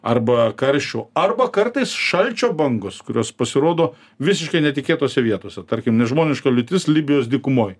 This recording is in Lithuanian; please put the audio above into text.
arba karščio arba kartais šalčio bangos kurios pasirodo visiškai netikėtose vietose tarkim nežmoniška liūtis libijos dykumoj